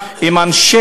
מעל הדוכן.